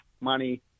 money